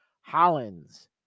Hollins